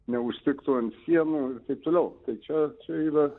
neužstrigtų ant sienų ir taip toliau tai čia čia yra